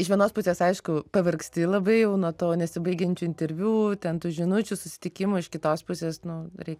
iš vienos pusės aišku pavargsti labai jau nuo to nesibaigiančių interviu ten tų žinučių susitikimų iš kitos pusės nu reikia